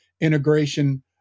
integration